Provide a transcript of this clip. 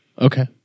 Okay